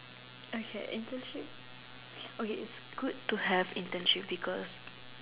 okay internship okay it's good to have internship because